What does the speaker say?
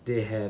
they have